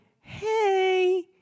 hey